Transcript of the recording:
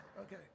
Okay